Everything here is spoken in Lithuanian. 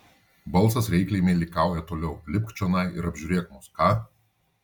balsas reikliai meilikauja toliau lipk čionai ir apžiūrėk mus ką